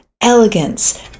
elegance